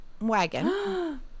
wagon